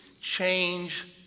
change